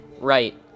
Right